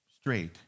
straight